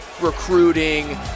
recruiting